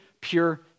pure